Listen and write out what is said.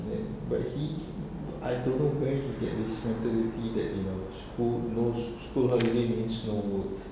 then but he no I don't know where he get this mentality that you know school no school holiday means no work